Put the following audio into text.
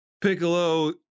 Piccolo